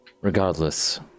Regardless